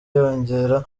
yongera